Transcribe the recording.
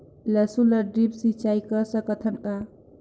लसुन ल ड्रिप सिंचाई कर सकत हन का?